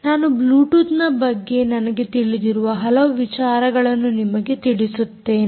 ನಾನು ಬ್ಲೂಟೂತ್ನ ಬಗ್ಗೆ ನನಗೆ ತಿಳಿದಿರುವ ಹಲವು ವಿಚಾರಗಳನ್ನು ನಿಮಗೆ ತಿಳಿಸುತ್ತೇನೆ